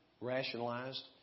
rationalized